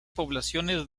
poblaciones